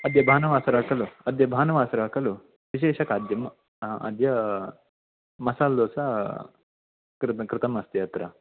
अद्य भानुवासरः खलु अद्य भानुवासरः खलु विशेषखाद्यं अद्य मसाल्दोसा कृतं कृतम् अस्ति अत्र